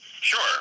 sure